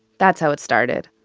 that's how it started.